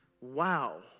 Wow